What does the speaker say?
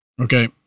Okay